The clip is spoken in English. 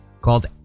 called